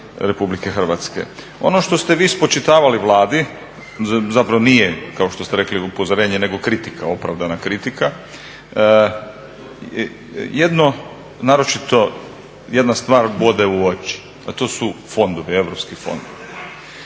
građanima RH. Ono što ste vi spočitavali Vladi zapravo nije kao što ste rekli upozorenje nego kritika, opravdana kritika, jedno, naročito jedna stvar bode u oči, a to su fondovi, europski fondovi.